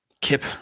Kip